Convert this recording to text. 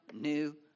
new